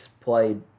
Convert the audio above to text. played